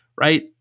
right